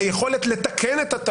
היכולת לטעות, היכולת לתקן את הטעות.